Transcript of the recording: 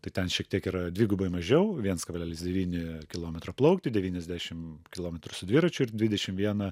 tai ten šiek tiek yra dvigubai mažiau viens kablelis devyni kilometro plaukti devyniasdešim kilometrų su dviračiu ir dvidešim vieną